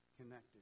connected